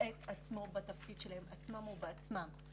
בעת עצמה, בתפקיד שלהם עצמם ובעצמם.